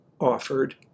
offered